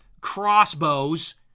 crossbows